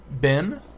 Ben